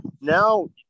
now